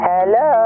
Hello